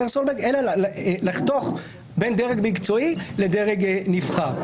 אלא לחתוך בין דרג מקצועי לדרג נבחר.